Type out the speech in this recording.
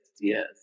yes